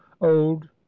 old